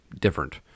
different